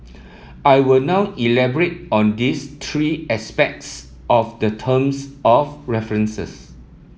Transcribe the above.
I will now elaborate on these three aspects of the terms of references